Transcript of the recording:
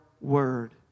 word